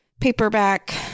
Paperback